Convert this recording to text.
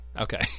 Okay